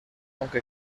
aunque